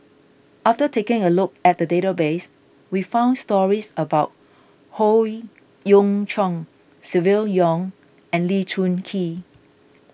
after taking a look at the database we found stories about Howe Yoon Chong Silvia Yong and Lee Choon Kee